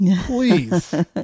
please